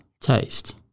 taste